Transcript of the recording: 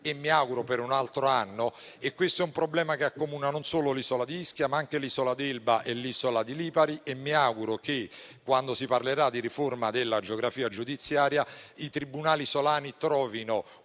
di Ischia per un altro anno. Questo è un problema che riguarda non solo l'isola di Ischia, ma anche l'isola d'Elba e l'isola di Lipari. E mi auguro che, quando si parlerà di riforma della geografia giudiziaria, i tribunali isolani trovino una